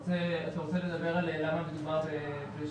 קודם נדרש בעל הרישיון לשלם עבור כל שנה בנפרד,